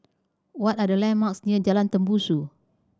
what are the landmarks near Jalan Tembusu